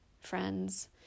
friends